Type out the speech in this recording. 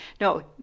No